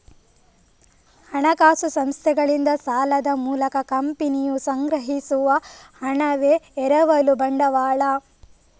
ಹಣಕಾಸು ಸಂಸ್ಥೆಗಳಿಂದ ಸಾಲದ ಮೂಲಕ ಕಂಪನಿಯು ಸಂಗ್ರಹಿಸುವ ಹಣವೇ ಎರವಲು ಬಂಡವಾಳ